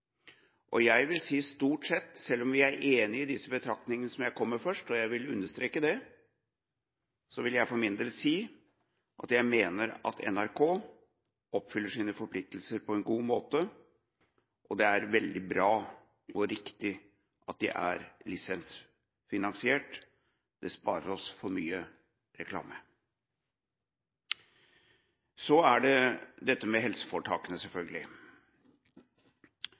samfunnet. Jeg vil si at stort sett – selv om vi er enig i de betraktningene som jeg kom med først, og jeg vil understreke det – mener jeg for min del at NRK oppfyller sine forpliktelser på en god måte. Det er veldig bra og riktig at de er lisensfinansiert. Det sparer oss for mye reklame. Så er det dette med helseforetakene, selvfølgelig.